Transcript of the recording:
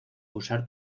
usar